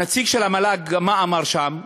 הנציג של המל"ג, מה אמר שם?